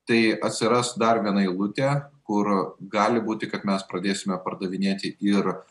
tai atsiras dar viena eilutė kur gali būti kad mes pradėsime pardavinėti ir